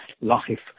life